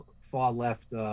far-left